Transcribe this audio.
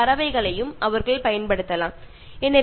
പക്ഷേ അവിടെ മൃഗങ്ങളും പക്ഷികളും ഒക്കെയുണ്ട്